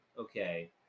okay